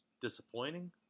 disappointing